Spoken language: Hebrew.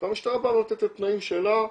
והמשטרה נותנת את התנאים שלה,